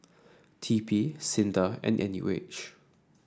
T P SINDA and N U H